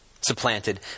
Supplanted